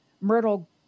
myrtle